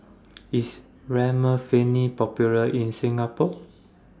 IS Remifemin Popular in Singapore